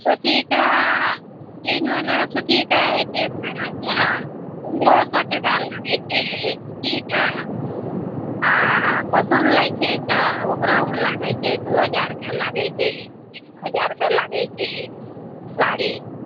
सूतीके केहनो लेबै सूतीके होइ छै बारह सओ पनरहो सओ टका लागै छै सूतीके आओर कॉटन लै छै तऽ ओकरोमे लागै छै दुइ हजारके लागै छै तीनो हजारके लागै छै साड़ी